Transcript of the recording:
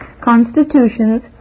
constitutions